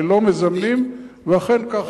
שלא מזמנים ואכן כך.